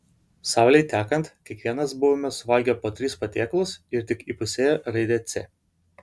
saulei tekant kiekvienas buvome suvalgę po tris patiekalus ir tik įpusėję raidę c